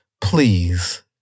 please